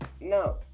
No